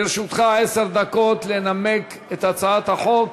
לרשותך עשר דקות לנמק את הצעת החוק.